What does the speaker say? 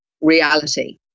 reality